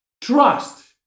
trust